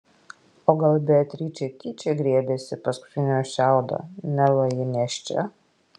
o gal beatričė tyčia griebėsi paskutinio šiaudo neva ji nėščia